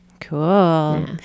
Cool